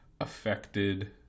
affected